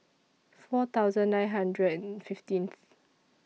four thousand nine hundred and fifteenth